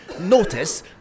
Notice